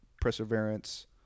perseverance